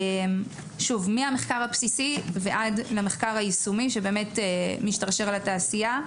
מהמחקר הבסיסי ועד למחקר היישומי שבאמת משתרשר לתעשייה.